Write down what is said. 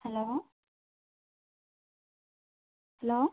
hello hello